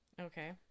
Okay